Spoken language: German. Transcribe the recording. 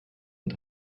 und